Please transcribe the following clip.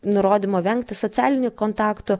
nurodymo vengti socialinių kontaktų